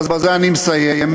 בזה אני מסיים.